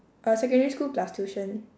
uh secondary school plus tuition